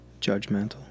Judgmental